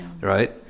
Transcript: right